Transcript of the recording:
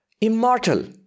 immortal